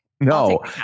No